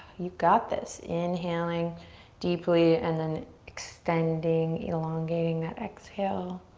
you got this, inhaling deeply and then extending, elongating that exhale.